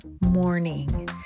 morning